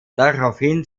daraufhin